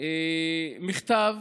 מכתב